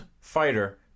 fighter